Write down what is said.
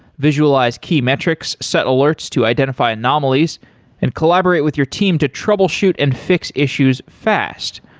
visualize key metrics, set alerts to identify anomalies and collaborate with your team to troubleshoot and fix issues fast.